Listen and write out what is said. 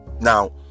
Now